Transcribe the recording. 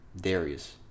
Darius